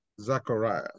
Zachariah